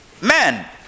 men